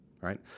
right